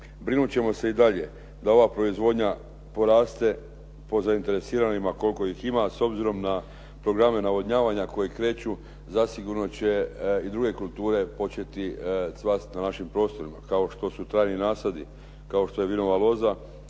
Brinut ćemo se i dalje da ova proizvodnja poraste po zainteresiranima koliko ih ima. S obzirom na programe navodnjavanja koji kreću zasigurno će i druge kulture početi cvasti na našim prostorima kao što su trajni nasadi, kao što je vinova loza